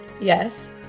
Yes